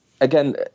Again